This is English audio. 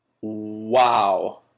wow